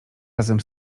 razem